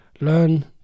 learn